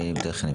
זה בדיוק מנגנון.